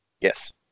Yes